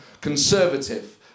Conservative